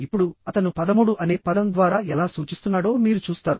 ఇప్పుడుఅతను పదమూడు అనే పదం ద్వారా ఎలా సూచిస్తున్నాడో మీరు చూస్తారు